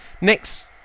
Next